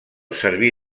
serví